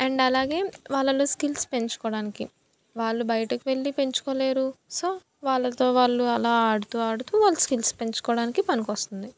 and అలాగే వాళ్ళలో skills పెంచుకోవడానికి వాళ్ళు బయటకు వెళ్ళి పెంచుకోలేరు సో వాళ్ళతో వాళ్ళు అలా ఆడుతు ఆడుతు వాళ్ళ స్కిల్స్ పెంచుకోవడానికి పనికొస్తుంది